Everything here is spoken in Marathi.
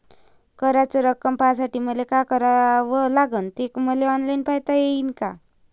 कराच रक्कम पाहासाठी मले का करावं लागन, ते मले ऑनलाईन पायता येईन का?